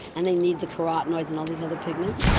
and they need the carotenoids and all these other pigments.